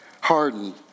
hardened